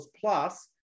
plus